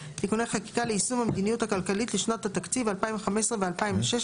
(תיקוני חקיקה) ליישום המדיניות הכלכלית לשנות התקציב 2015 ו-2016,